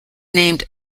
named